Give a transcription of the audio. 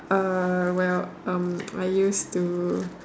well I um I used to